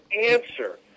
answer